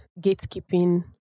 gatekeeping